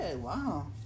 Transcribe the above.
wow